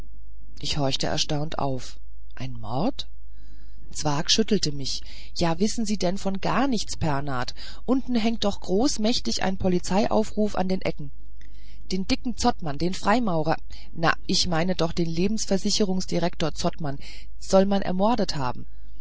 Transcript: ich horchte erstaunt auf ein mord zwakh schüttelte mich ja wissen sie denn von gar nichts pernath unten hängt doch großmächtig ein polizeiaufruf an den ecken den dicken zottmann den freimaurer na ich meine doch den lebensversicherungsdirektor zottmann soll man ermordet haben